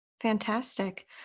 Fantastic